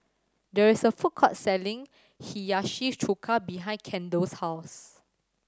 there is a food court selling Hiyashi Chuka behind Kendall's house